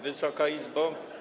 Wysoka Izbo!